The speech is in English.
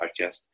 Podcast